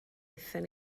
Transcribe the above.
aethon